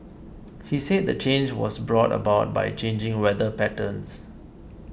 he said the change was brought about by changing weather patterns